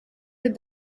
with